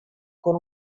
con